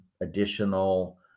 additional